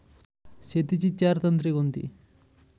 शेतीची चार तंत्रे कोणती?